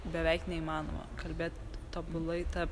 beveik neįmanoma kalbėt tobulai ta